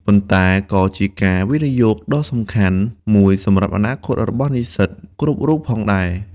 ប៉ុន្តែក៏ជាការវិនិយោគដ៏សំខាន់មួយសម្រាប់អនាគតរបស់និស្សិតគ្រប់រូបផងដែរ។